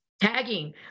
tagging